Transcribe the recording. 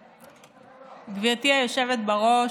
גברתי היושבת בראש,